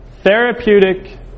therapeutic